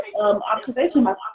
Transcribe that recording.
observation